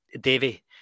Davey